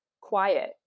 quiet